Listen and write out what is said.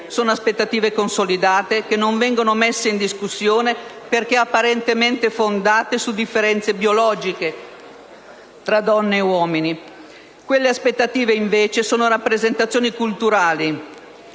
e dagli uomini. Sono aspettative consolidate che non vengono messe in discussione perché apparentemente fondate su differenze biologiche tra donne e uomini. Quelle aspettative, invece, sono rappresentazioni culturali